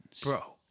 Bro